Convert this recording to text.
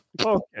Okay